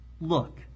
Look